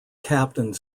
captained